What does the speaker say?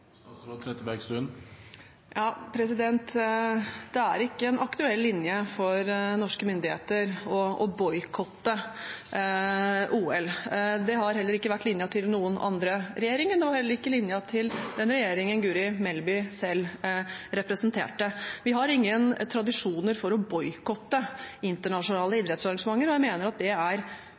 Det er ikke en aktuell linje for norske myndigheter å boikotte OL. Det har heller ikke vært linjen til noen andre regjeringer – og heller ikke linjen til den regjeringen Guri Melby selv representerte. Vi har ingen tradisjon for å boikotte internasjonale idrettsarrangementer. Jeg mener det er